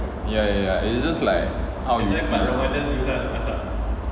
ya ya ya it's just like how you